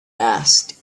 asked